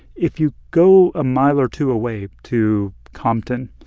if you go a mile or two away, to compton,